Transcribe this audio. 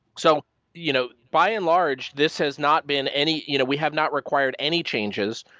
so you know by and large, this has not been any you know we have not required any changes.